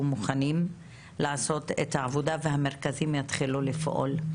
מוכנים לעשות את העבודה והמרכזים יתחילו לפעול.